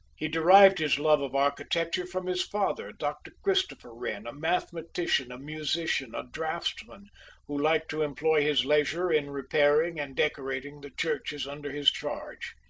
he derived his love of architecture from his father, dr. christopher wren, a mathematician, a musician, a draughtsman, who liked to employ his leisure in repairing and decorating the churches under his charge.